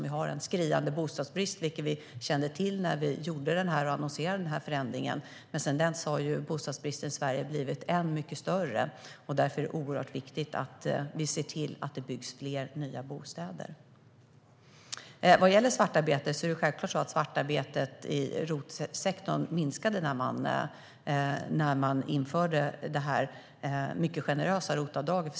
Vi har en skriande bostadsbrist, vilket vi kände till när vi annonserade förändringen. Men sedan dess har bostadsbristen i Sverige blivit mycket större. Därför är det oerhört viktigt att vi ser till att det byggs fler nya bostäder. Vad gäller svartarbete minskade det självklart i ROT-sektorn när man införde det mycket generösa ROT-avdraget.